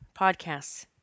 podcasts